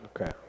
Okay